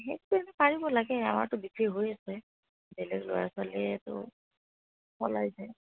সেইটো এনে পাৰিব লাগে আমাৰতো বিক্ৰী হৈ আছে বেলেগ ল'ৰা ছোৱালীয়েতো চলাইছে